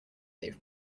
they